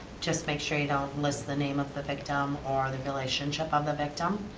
just make sure you don't list the name of the victim or the relationship of the victim.